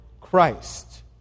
Christ